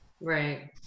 Right